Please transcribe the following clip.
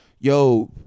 Yo